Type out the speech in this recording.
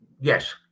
yes